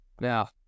Now